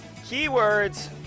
keywords